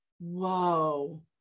Whoa